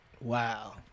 Wow